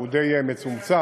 שהוא די מצומצם,